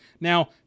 Now